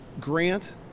grant